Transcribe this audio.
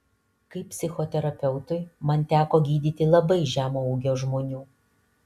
kaip psichoterapeutui man teko gydyti labai žemo ūgio žmonių